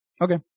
Okay